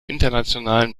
internationalen